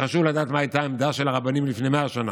כי חשוב לדעת מה הייתה העמדה של הרבנים לפני 100 שנה.